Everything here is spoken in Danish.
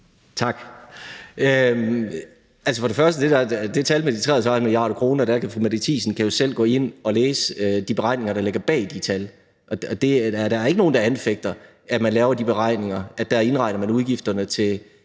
Tak. For det første kan fru Mette Thiesen jo, hvad angår det tal på de 33 mia. kr., selv gå ind at læse de beregninger, der ligger bag de tal, og der er ikke nogen, der anfægter, at man laver de beregninger. Der indregner man udgifterne til